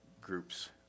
groups